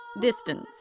distance